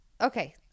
okay